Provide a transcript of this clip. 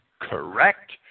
correct